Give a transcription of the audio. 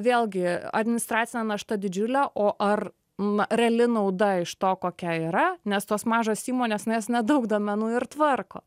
vėlgi administracinė našta didžiulė o ar mat reali nauda iš to kokia yra nes tos mažos įmonės nes nedaug duomenų ir tvarko